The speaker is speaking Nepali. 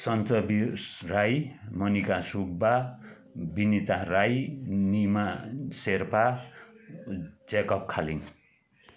सन्चबीर राई मनिका सुब्बा बिनिता राई निमा शेर्पा जेकब खालिङ